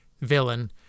villain